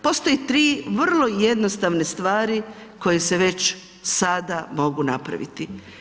Postoje tri vrlo jednostavne stvari koje se već sada mogu napraviti.